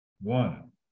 One